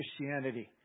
Christianity